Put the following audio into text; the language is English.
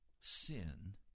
sin